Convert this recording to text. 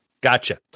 gotcha